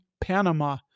Panama